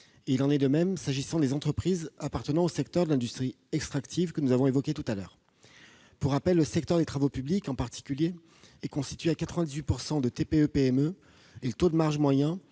Il en est de même s'agissant des entreprises appartenant au secteur de l'industrie extractive, que nous avons évoqué tout à l'heure. Pour rappel, le secteur des travaux publics en particulier est constitué à 98 % de TPE et de PME ; le taux de marge moyen